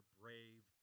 brave